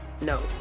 No